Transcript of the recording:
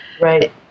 right